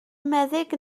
meddyg